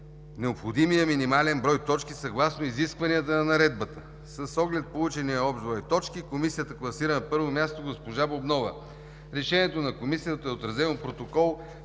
необходимия минимален брой точки съгласно изискванията на Наредбата. С оглед получения общ брой точки комисията класира на първо място госпожа Бубнова. Решението на комисията е отразено в протокол,